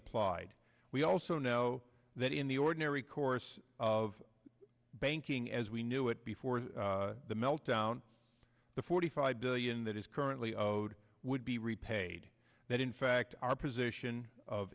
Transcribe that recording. applied we also know that in the ordinary course of banking as we knew it before the meltdown the forty five billion that is currently would be repaid that in fact our position of